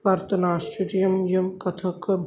Bharatanatyam Kathak